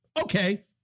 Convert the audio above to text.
okay